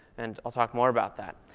and i'll talk more about that.